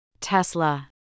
Tesla